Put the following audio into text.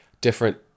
different